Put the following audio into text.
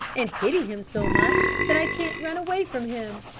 and pity him so much that i can't run away from him.